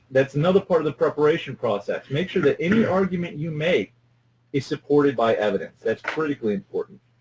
that's another part of the preparation process. make sure that any argument you make is supported by evidence. that's critically important.